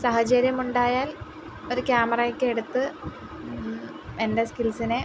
സാഹചര്യമുണ്ടായാൽ ഒരു ക്യാമറയൊക്കെ എടുത്ത് എൻ്റെ സ്കിൽസിനെ